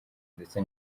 ndetse